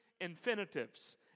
infinitives